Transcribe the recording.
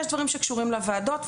ויש דברים שקשורים לוועדות,